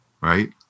right